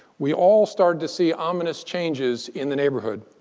we all started to see ominous changes in the neighborhood.